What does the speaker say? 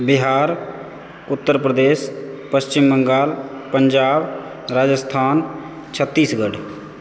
Bihar Uttar Pradesh Paschim Bangal Punjab Rajasthan Chhattisgarh